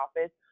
office